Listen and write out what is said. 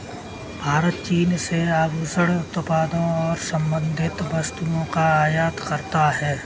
भारत चीन से आभूषण उत्पादों और संबंधित वस्तुओं का आयात करता है